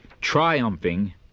triumphing